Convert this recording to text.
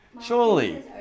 surely